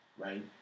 right